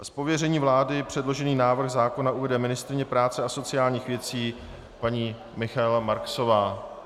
Z pověření vlády předložený návrh zákona uvede ministryně práce a sociálních věcí paní Michaela Marksová.